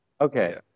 Okay